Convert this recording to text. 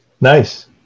Nice